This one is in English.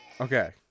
Okay